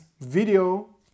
video